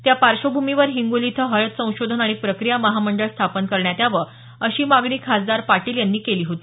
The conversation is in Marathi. त्या पार्श्वभूमीवर हिंगोली इथं हळद संशोधन आणि प्रक्रिया महामंडळ स्थापन करण्यात यावं अशी मागणी खासदार पाटील यांनी केली होती